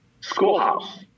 schoolhouse